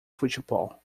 futebol